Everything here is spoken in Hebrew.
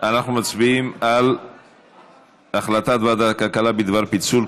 אנחנו מצביעים על החלטת ועדת הכלכלה בדבר פיצול,